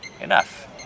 enough